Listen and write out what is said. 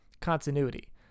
continuity